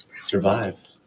survive